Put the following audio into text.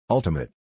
Ultimate